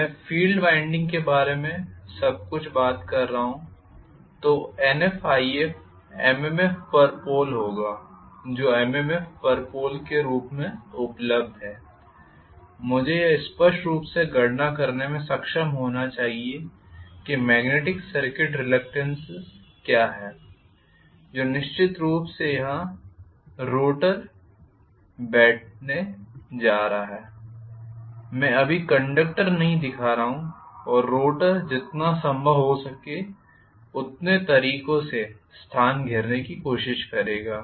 मैं field winding के बारे में सब कुछ बात कर रहा हूं तो NfIf MMF पर पोल होगा जो MMF पर पोल के रूप में उपलब्ध है मुझे यह स्पष्ट रूप से गणना करने में सक्षम होना चाहिए कि मेग्नेटिक सर्किट रिलक्टेन्स क्या है जो निश्चित रूप से यहां रोटर बैठने जा रहा है मैं अभी कंडक्टर नहीं दिखा रहा हूं और रोटर जितना संभव हो सके उतने तरीकों से स्थान घेरने की कोशिश करेगा